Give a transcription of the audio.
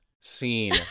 scene